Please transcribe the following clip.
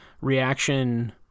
reaction